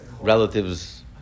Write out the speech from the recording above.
relatives